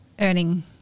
earning